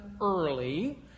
early